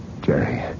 Jerry